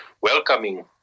welcoming